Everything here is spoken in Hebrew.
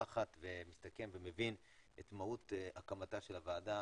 אחת ומבין את מהות הקמתה של הוועדה.